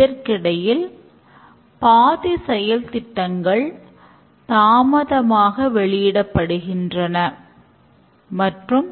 இதற்கிடையில் பாதி செயல்திட்டங்கள் தாமதமாக வெளியிடப்படுகின்றன மற்றும்